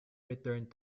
returned